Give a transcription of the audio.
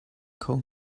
kho